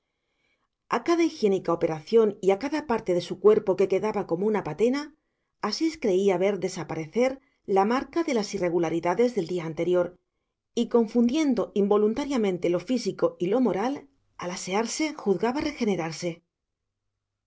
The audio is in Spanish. a cada higiénica operación y a cada parte de su cuerpo que quedaba como una patena asís creía ver desaparecer la marca de las irregularidades del día anterior y confundiendo involuntariamente lo físico y lo moral al asearse juzgaba regenerarse